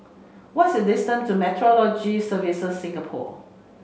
what's the distance to Meteorology Service Singapore